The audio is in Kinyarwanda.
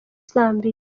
zambia